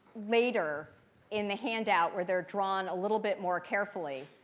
later in the handout where they're drawn a little bit more carefully,